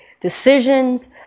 decisions